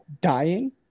dying